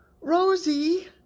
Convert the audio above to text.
Rosie